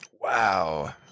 Wow